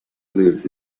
lives